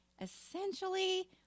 essentially